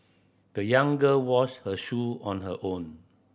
the young girl washed her shoe on her own